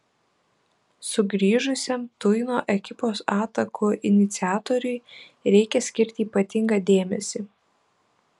sugrįžusiam tuino ekipos atakų iniciatoriui reikia skirti ypatingą dėmesį